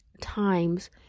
times